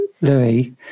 Louis